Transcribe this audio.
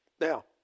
Now